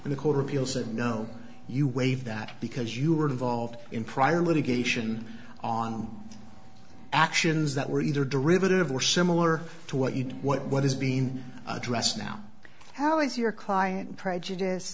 and a court of appeal said no you waive that because you were involved in prior litigation on actions that were either derivative or similar to what you what what is being addressed now how is your client prejudice